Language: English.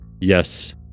Yes